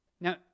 Now